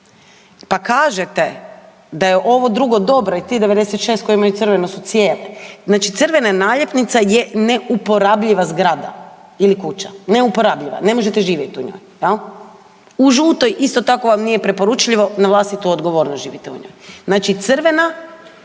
pa kažete da je ovo drugo dobro i tih 96 koji imaju crvene su cijele, znači crvena naljepnica je neuporabljiva zgrada ili kuća. Neuporabljiva, ne možete živjeti u njoj. U žutoj isto tako vam nije preporučljivo, na vlastitu odgovornost živite u njoj. Znači crvena